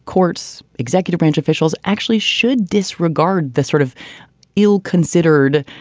courts, executive branch officials actually should disregard the sort of ill considered,